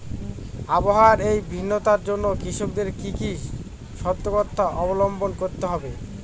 আবহাওয়ার এই ভিন্নতার জন্য কৃষকদের কি কি সর্তকতা অবলম্বন করতে হবে?